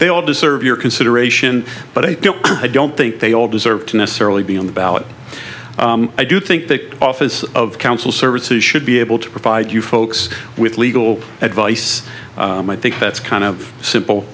they all deserve your consideration but i don't think they all deserve to necessarily be on the ballot i do think that office of council services should be able to provide you folks with legal advice and i think that's kind of simple